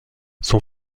son